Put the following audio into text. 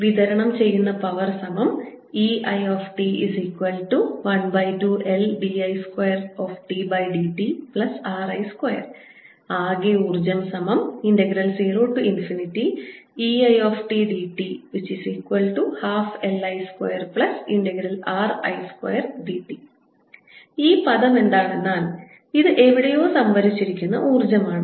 വിതരണം ചെയ്യുന്ന പവർϵIt12LdI2dtRI2 ആകെ ഊർജ്ജം 0ϵItdt12LI2RI2dt ഈ പദം എന്താണെന്നാൽ ഇത് എവിടെയോ സംഭരിച്ചിരിക്കുന്ന ഊർജ്ജമാണ്